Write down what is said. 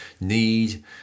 need